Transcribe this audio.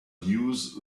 use